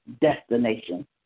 destination